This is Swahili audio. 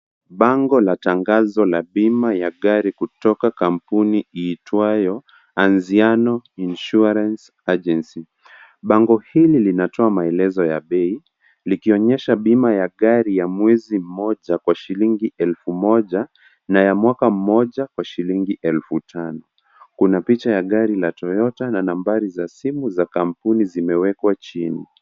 Bango la tangazo ya bima la gari kutoka kampuni iitwayo Inziano Insurance Agency. Bango hili linatoa maelezo ya bei likionyesha bima ya gari ya mwezi kina Kwa shilingi elfu moja na ya mwaka moja Kwa shilingi elfu tano. Kuna picha ya gari ya Toyota na nambari ya simu za kampuni zimewekwa chini.